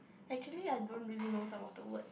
actually I don't really know some of the words